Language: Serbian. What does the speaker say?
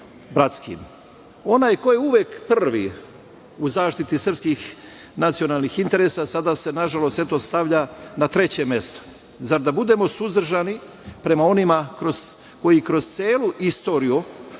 bratskim. Onaj ko je uvek prvi u zaštiti srpskih nacionalnih interesa sada se, nažalost, eto stavlja na treće mesto. Zar da budemo suzdržani prema onima koji kroz celu istoriju